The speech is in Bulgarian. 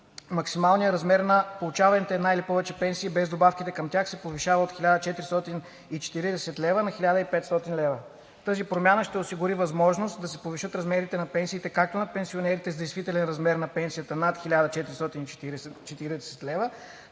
максималният размер на получаваните една или повече пенсии без добавките към тях се повишава от 1440 лв. на 1500 лв. Тази промяна ще осигури възможност да се повишат размерите на пенсиите както на пенсионерите с действителен размер на пенсията над 1440 лв.,